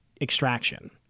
extraction